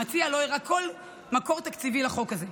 המציע לא הראה כל מקור תקציבי לחוק הזה.